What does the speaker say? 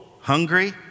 hungry